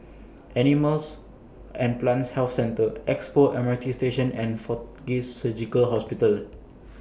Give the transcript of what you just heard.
Animals and Plants Health Centre Expo M R T Station and Fortis Surgical Hospital